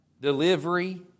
delivery